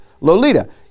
Lolita